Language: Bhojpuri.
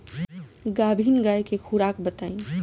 गाभिन गाय के खुराक बताई?